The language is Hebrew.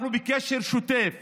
אנחנו בקשר שוטף